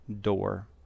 door